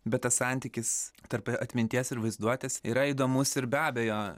bet tas santykis tarp atminties ir vaizduotės yra įdomus ir be abejo